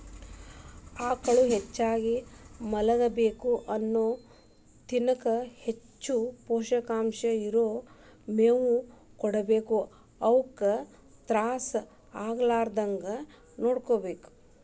ಆಕಳುಗಳು ಹೆಚ್ಚಾಗಿ ಮಲಗಬೇಕು ಅವು ತಿನ್ನಕ ಹೆಚ್ಚಗಿ ಪೋಷಕಾಂಶ ಇರೋ ಮೇವು ಕೊಡಬೇಕು ಅವುಕ ತ್ರಾಸ ಆಗಲಾರದಂಗ ನೋಡ್ಕೋಬೇಕು